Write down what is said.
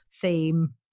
theme